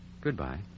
goodbye